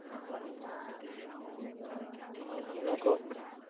ᱦᱮᱸ ᱚᱱᱟᱠᱚ